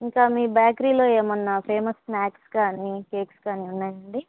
ఇంకా మీ బేకరీలో ఏమైనా ఫేమస్ స్నాక్స్ కానీ కేక్స్ కానీ ఉన్నాయండి